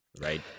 right